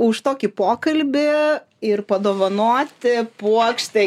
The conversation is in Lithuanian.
už tokį pokalbį ir padovanoti puokštę